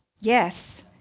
Yes